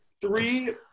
three